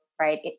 right